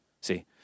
see